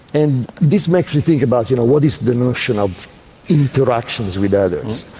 and this makes me think about you know what is the notion of interactions with others.